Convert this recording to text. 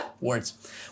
Words